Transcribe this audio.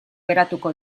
geratuko